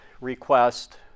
request